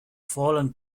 fallen